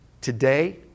today